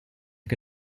che